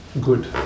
good